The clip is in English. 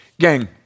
Gang